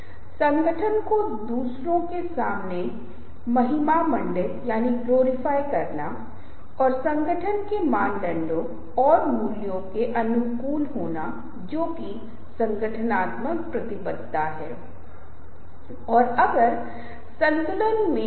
इसलिए हमने endorsement value के साथ काम किया है और यहाँ आप देख सकते हैं कि यहाँ भी सितारों द्वारा इसका समर्थन किया जाता है इसलिए फिल्मी सितारे इसका समर्थन करते हैं और इसलिए ये आधिकारिक व्यक्तिअथॉरिटी फिगर Authority figure के उदाहरण हैं या ये लोकप्रिय आंकड़े हमें बहुत प्रभावित करते हैं आकर्षक आंकड़े लोगों को रिझाने के लिए विज्ञापन करना और यह वास्तव में सफल रहा